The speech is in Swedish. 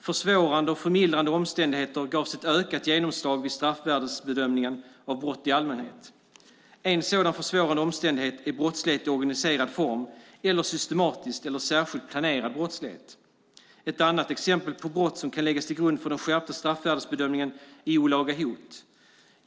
Försvårande och förmildrande omständigheter gavs ett ökat genomslag vid straffvärdesbedömningen av brott i allmänhet. En sådan försvårande omständighet är brottslighet i organiserad form eller systematisk eller särskilt planerad brottslighet. Ett annat exempel på brott som kan läggas till grund för den skärpta straffvärdesbedömningen är olaga hot.